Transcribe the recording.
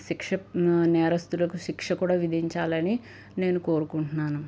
శిక్ష నేరస్థులకు శిక్ష కూడా విధించాలని నేను కోరుకుంటున్నాను